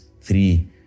three